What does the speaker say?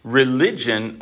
religion